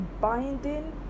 binding